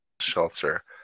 shelter